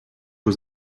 was